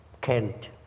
Kent